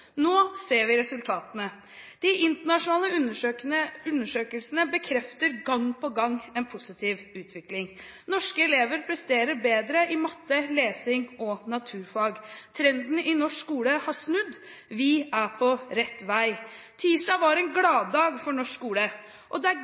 Nå ser vi resultatene. De internasjonale undersøkelsene bekrefter gang på gang en positiv utvikling. Norske elever presterer bedre i matte, lesing og naturfag. Trenden i norsk skole har snudd, vi er på rett vei. Tirsdag var en gladdag for norsk skole, og det er